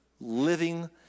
Living